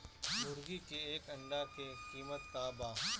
मुर्गी के एक अंडा के कीमत का बा?